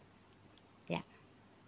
ya